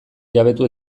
jabetu